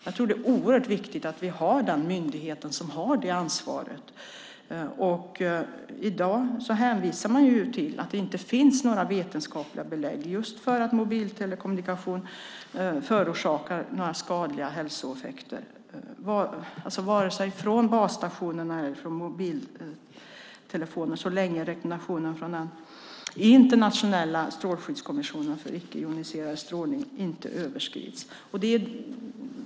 Jag tror att det är oerhört viktigt att vi har en myndighet som har det ansvaret. I dag hänvisar man till att det inte finns några vetenskapliga belägg för att mobiltelekommunikation förorsakar några skadliga hälsoeffekter, vare sig från basstationerna eller från mobiltelefonerna, så länge rekommendationen från Internationella strålskyddskommissionen för icke-joniserande strålning inte överskrids.